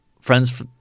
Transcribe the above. friends